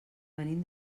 venim